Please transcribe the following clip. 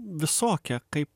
visokia kaip